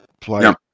play